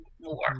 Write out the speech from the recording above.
more